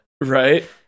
right